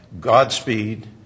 Godspeed